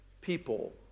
people